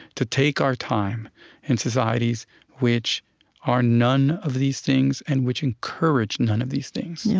to take our time in societies which are none of these things and which encourage none of these things, yeah